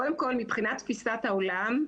קודם כל מבחינת תפיסת העולם,